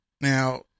now